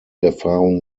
erfahrung